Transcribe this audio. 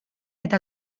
eta